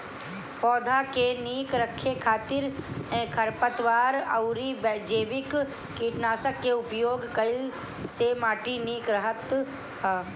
पौधा के निक रखे खातिर खरपतवार अउरी जैविक कीटनाशक के उपयोग कईला से माटी निक रहत ह